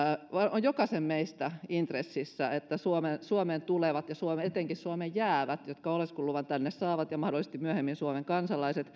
on jokaisen meistä intressissä että suomeen tulevat ja etenkin suomeen jäävät jotka oleskeluluvan tänne saavat ja mahdollisesti myöhemmin suomen